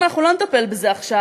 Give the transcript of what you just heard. אם אנחנו לא נטפל בזה עכשיו,